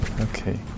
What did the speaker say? Okay